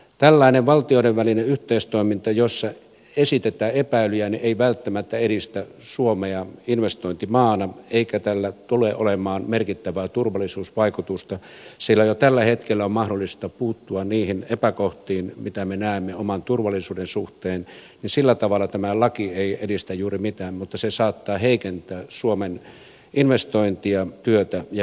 tällainen valtioiden välinen yhteistoiminta jossa esitetään epäilyjä ei välttämättä edistä suomea investointimaana eikä tällä tule olemaan merkittävää turvallisuusvaikutusta sillä jo tällä hetkellä on mahdollista puuttua niihin epäkohtiin joita me näemme oman turvallisuutemme suhteen niin että sillä tavalla tämä laki ei edistä juuri mitään mutta se saattaa heikentää suomeen investointeja työtä ja verotuloja